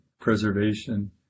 preservation